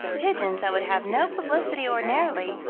pigeons that would have no publicity ordinarily,